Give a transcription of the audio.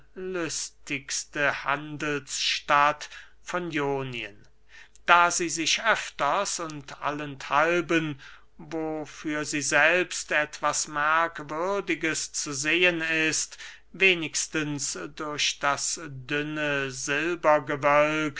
wollüstigste handelsstadt von ionien da sie sich öfters und allenthalben wo für sie selbst etwas merkwürdiges zu sehen ist wenigstens durch das dünne